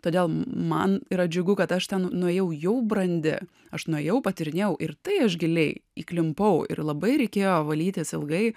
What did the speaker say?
todėl man yra džiugu kad aš ten nuėjau jau brandi aš nuėjau patyrinėjau ir tai aš giliai įklimpau ir labai reikėjo valytis ilgai